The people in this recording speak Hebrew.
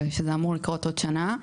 שזה אמור לקרות עוד שנה,